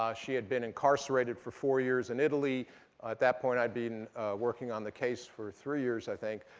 ah she had been incarcerated for four years in italy. at that point, i'd been working on the case for three years, i think.